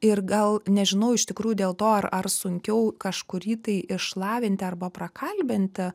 ir gal nežinau iš tikrųjų dėl to ar ar sunkiau kažkurį tai išlavinti arba prakalbinti